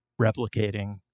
replicating